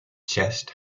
chest